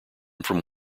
from